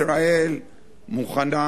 חבר הכנסת טלב אלסאנע, שישראל,